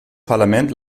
parlament